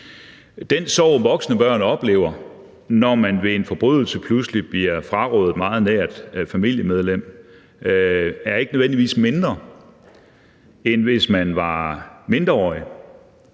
man som voksent barn oplever, når man ved en forbrydelse pludselig bliver frarøvet et meget nært familiemedlem, er ikke nødvendigvis mindre, end hvis man var mindreårig,